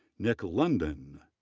nick lundin,